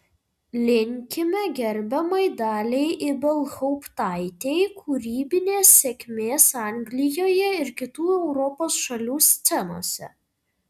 linkime gerbiamai daliai ibelhauptaitei kūrybinės sėkmės anglijoje ir kitų europos šalių scenose